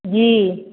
जी